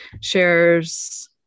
shares